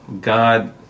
God